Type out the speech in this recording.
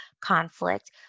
conflict